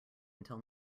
until